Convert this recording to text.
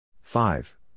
five